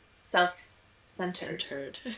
Self-centered